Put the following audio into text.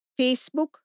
Facebook